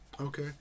Okay